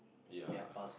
ya